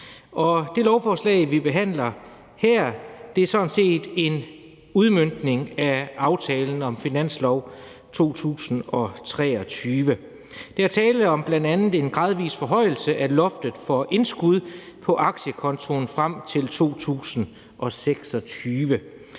Det lovforslag, vi behandler her, er sådan set en udmøntning af aftalen om finansloven for 2023. Der er tale om bl.a. en gradvis forhøjelse af loftet for indskud på aktiesparekontoen frem til 2026.